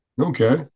Okay